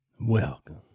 Welcome